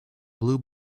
blue